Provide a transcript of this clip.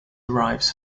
arrives